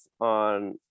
on